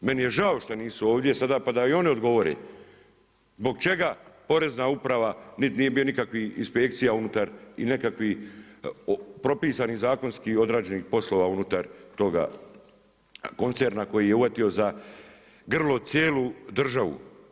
Meni je žao što nisu ovdje sada pa da i oni odgovore, zbog čega porezna uprava nije bilo nikakvih inspekcija unutar i nekakvih propisanih zakonskih odrađenih poslova unutar toga koncerna koji je uhvatio za grlo cijelu državu.